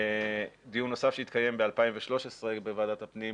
דיון נוסף שהתקיים ב-2013 בוועדת הפנים,